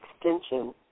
extension